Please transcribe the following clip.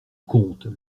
comte